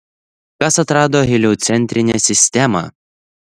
kas atrado heliocentrinę sistemą